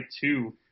two